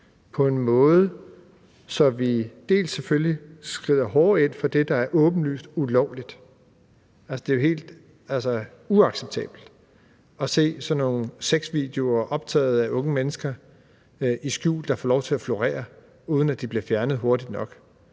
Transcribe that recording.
på en måde, så vi selvfølgelig skrider hårdere ind mod det, der er åbenlyst ulovligt. Altså, det er jo helt uacceptabelt at se sådan nogle sexvideoer optaget i skjul af unge mennesker, der får lov til at florere, uden at de bliver fjernet hurtigt nok.